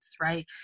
right